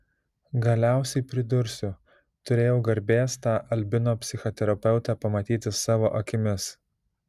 galiausiai pridursiu turėjau garbės tą albino psichoterapeutę pamatyti savo akimis